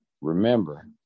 Remember